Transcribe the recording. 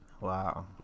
Wow